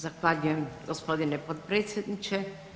Zahvaljujem gospodine potpredsjedniče.